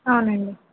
అవును అండి